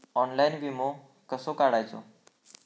Online विमो कसो काढायचो?